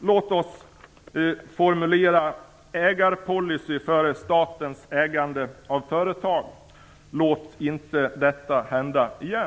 Låt oss formulera en ägarpolicy för statens ägande av företag. Låt inte detta hända igen.